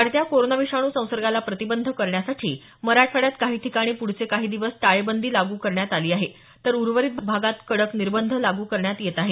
वाढत्या कोरोना विषाणू संसर्गाला प्रतिबंध करण्यासाठी मराठवाड्यात काही ठिकाणी पुढचे काही दिवस टाळेबंदी लागू करण्यात आली आहे तर उर्वरित भागात कडक निर्बंध लागू करण्यात येत आहेत